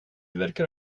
verkar